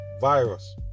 virus